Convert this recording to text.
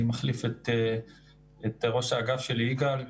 אני מחליף את ראש האגף שלי יגאל,